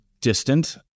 distant